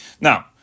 Now